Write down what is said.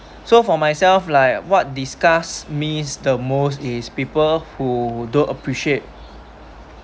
so for myself like what disgust me the most is people who don't appreciate